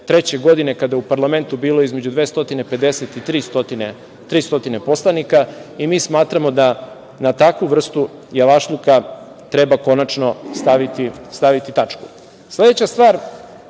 2003. godine kada je u parlamentu bilo između 250 i 300 poslanika. Mi smatramo da na takvu vrstu javašluka treba konačno staviti